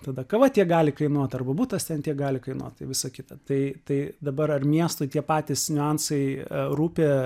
tada kava tiek gali kainuoti arba butas ten gali kainuoti tai visą kitą tai tai dabar ar miestui tie patys niuansai rūpi